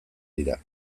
dira